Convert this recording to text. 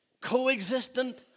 co-existent